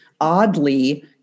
oddly